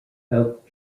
oak